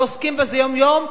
ועוסקים בזה יום-יום.